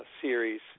series